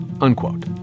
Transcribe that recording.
Unquote